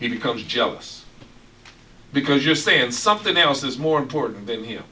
he become jealous because you're saying something else is more important than h